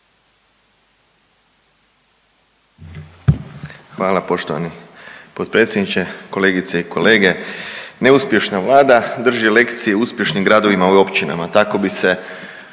Hvala poštovani potpredsjedniče, kolegice i kolege. Neuspješna vlada drži lekcije uspješnim gradovima i općinama, tako bi se